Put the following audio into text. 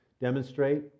demonstrate